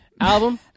album